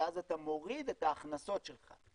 ואז אתה מוריד את ההכנסות שלך.